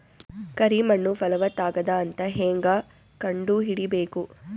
ಕರಿ ಮಣ್ಣು ಫಲವತ್ತಾಗದ ಅಂತ ಹೇಂಗ ಕಂಡುಹಿಡಿಬೇಕು?